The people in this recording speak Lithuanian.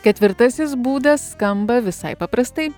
ketvirtasis būdas skamba visai paprastai